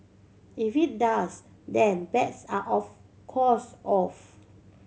if it does then bets are of course off